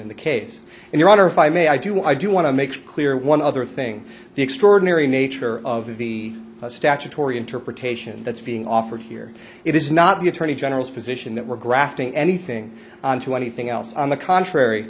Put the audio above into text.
in the case and your honor if i may i do i do want to make clear one other thing the extraordinary nature of the statutory interpretation that's being offered here it is not the attorney general's position that we're grafting anything on to anything else on the contrary